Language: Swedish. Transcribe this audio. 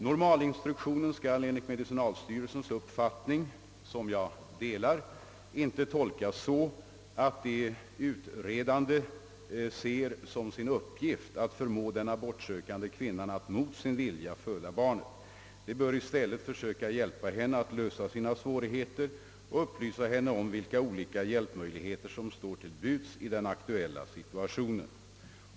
Normalinstruktionen skall enligt medicinalstyrelsens uppfattning — som jag delar — inte tolkas så, att de utredande ser som sin uppgift att förmå den abortsökande kvinnan att mot sin vilja föda barnet. De bör i stället försöka hjälpa henne att lösa hennes svårigheter och upplysa henne om vilka olika hjälpmöjligheter som står till buds i den aktuella situationen.